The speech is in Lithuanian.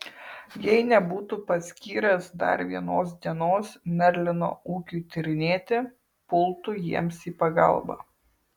jei nebūtų paskyręs dar vienos dienos merlino ūkiui tyrinėti pultų jiems į pagalbą